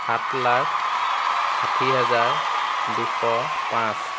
সাত লাখ ষাঠি হাজাৰ দুশ পাঁচ